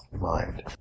mind